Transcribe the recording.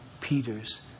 Peter's